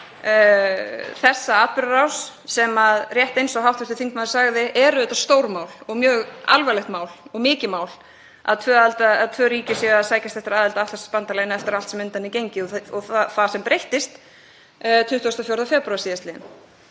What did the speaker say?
þessa atburðarás sem, rétt eins og hv. þingmaður sagði, er auðvitað stórmál og mjög alvarlegt mál og mikið mál að tvö ríki séu að sækjast eftir aðild að Atlantshafsbandalaginu eftir allt sem á undan er gengið og það sem breyttist 24. febrúar síðastliðinn.